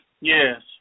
Yes